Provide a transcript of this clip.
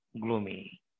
gloomy